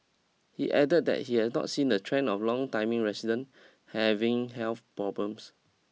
he added that he has not seen the trend of longtiming resident having health problems